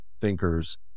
thinkers